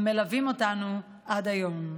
המלווים אותנו עד היום.